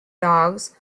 dogs